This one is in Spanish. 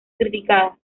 criticadas